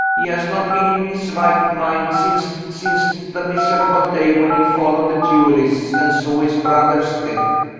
he has not been in his right mind since since the miserable day when he followed the duelists, and saw his brother's death.